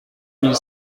mille